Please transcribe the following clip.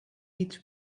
each